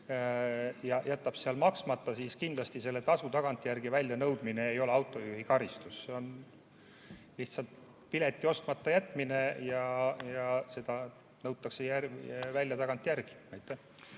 ja jätab seal maksmata, siis selle tasu tagantjärele väljanõudmine kindlasti ei ole autojuhi karistus. See on lihtsalt pileti ostmata jätmine ja see nõutakse välja tagantjärele. Aitäh!